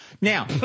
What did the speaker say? Now